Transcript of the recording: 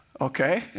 Okay